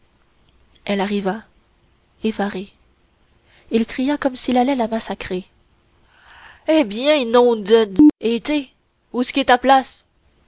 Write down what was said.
elle arriva effarée il cria comme s'il allait la massacrer eh bien nom de d et té ousqu'est ta place